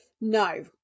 No